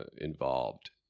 involved